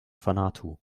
vanuatu